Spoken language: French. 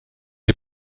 est